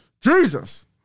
Jesus